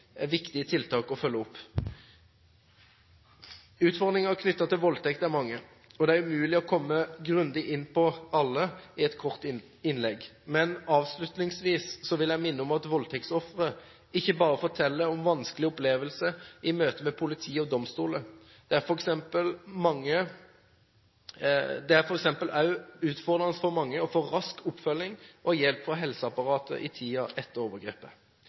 til voldtekt er mange, og det er umulig å komme grundig inn på alle i et kort innlegg. Men avslutningsvis vil jeg minne om at voldtektsofre ikke bare forteller om vanskelige opplevelser i møte med politi og domstoler. Det er f.eks. også utfordrende for mange å få rask oppfølging og hjelp fra helseapparatet i tiden etter overgrepet.